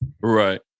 Right